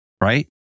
right